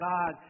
God